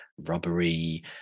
robbery